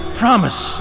promise